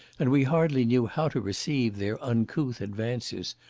and we hardly knew how to receive their uncouth advances,